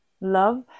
love